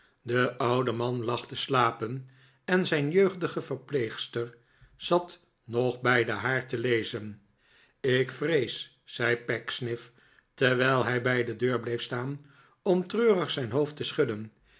de oude man lag te slapen en zijn jeugdige verpleegster zat nog bij den haard te lezen ik vrees zei pecksniff terwijl hij bij de deur bleef staan om treurig zijn hoofd te schudden